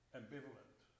ambivalent